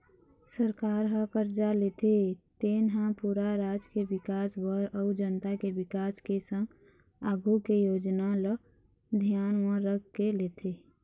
सरकार ह करजा लेथे तेन हा पूरा राज के बिकास बर अउ जनता के बिकास के संग आघु के योजना ल धियान म रखके लेथे